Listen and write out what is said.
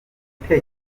bafite